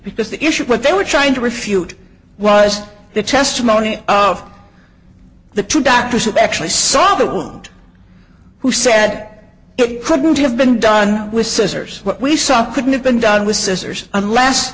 because the issue what they were trying to refute was the testimony of the two doctors who actually saw that want who said that it couldn't have been done with scissors what we saw couldn't have been done with scissors unless